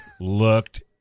looked